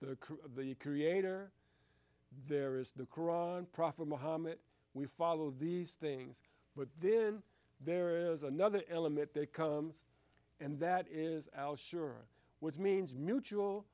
you creator there is the koran prophet muhammad we follow these things but then there is another element that comes and that is al sure which means mutual